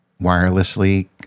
wirelessly